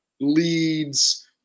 leads